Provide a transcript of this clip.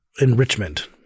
enrichment